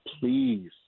please